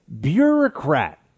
bureaucrat